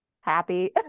happy